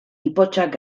ipotxak